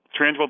Transworld